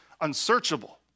unsearchable